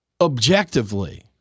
objectively